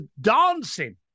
dancing